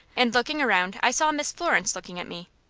and looking around, i saw miss florence looking at me.